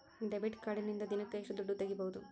Debit ಕಾರ್ಡಿನಿಂದ ದಿನಕ್ಕ ಎಷ್ಟು ದುಡ್ಡು ತಗಿಬಹುದು?